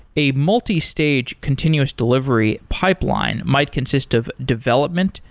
a multistage continuous delivery pipeline might consist of development,